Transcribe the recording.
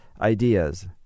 ideas